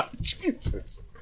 Jesus